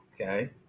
Okay